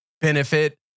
benefit